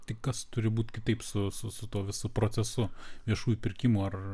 tai kas turi būt kitaip su su tuo visu procesu viešųjų pirkimų ar